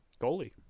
Goalie